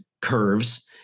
curves